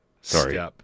Sorry